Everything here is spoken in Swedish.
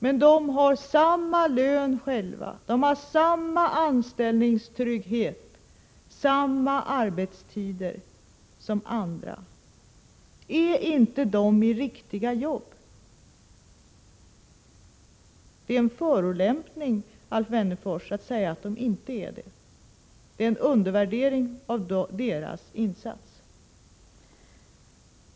Men de har samma lön, samma anställningstrygghet och samma arbetstider som andra. Är inte de i riktiga jobb? Det är en förolämpning att säga att de inte är det. Det är en undervärdering av handikappades insatser.